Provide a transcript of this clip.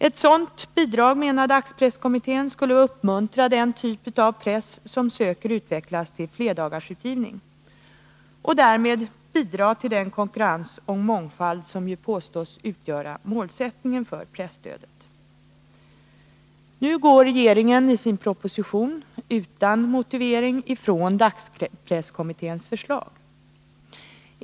Ett sådant bidrag skulle, menar dagspresskommittén, uppmuntra den typ av press som söker utvecklas till flerdagarsutgivning och därmed bidra till den konkurrens och mångfald som ju påstås utgöra målsättningen för presstödet. Regeringen går nu i sin proposition utan motivering ifrån dagspresskommitténs förslag.